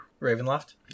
Ravenloft